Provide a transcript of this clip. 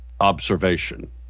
observation